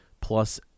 plus